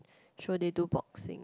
show they do boxing